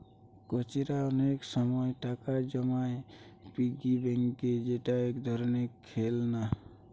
কচিরা অনেক সময় টাকা জমায় পিগি ব্যাংকে যেটা এক ধরণের খেলনা